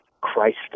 Christ